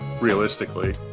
realistically